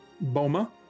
Boma